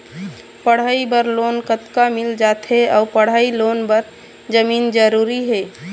पढ़ई बर लोन कतका मिल जाथे अऊ पढ़ई लोन बर जमीन जरूरी हे?